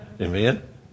Amen